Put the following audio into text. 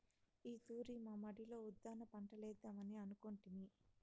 ఈ తూరి మా మడిలో ఉద్దాన పంటలేద్దామని అనుకొంటిమి